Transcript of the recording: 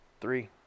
Three